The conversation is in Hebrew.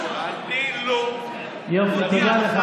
דוד,